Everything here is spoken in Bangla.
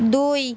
দুই